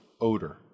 odor